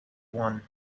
one